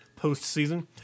postseason